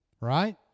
right